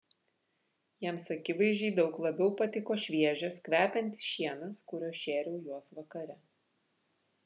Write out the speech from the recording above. jiems akivaizdžiai daug labiau patiko šviežias kvepiantis šienas kuriuo šėriau juos vakare